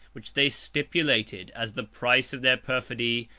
which they stipulated as the price of their perfidy,